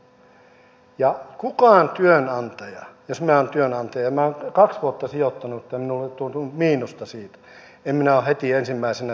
jos minä olen työnantaja ja minä olen kaksi vuotta sijoittanut ja minulle on tullut miinusta siitä niin en minä ole heti ensimmäisenä sitä irtisanomassa